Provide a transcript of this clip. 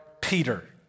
Peter